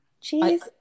cheese